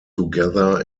together